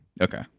Okay